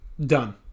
done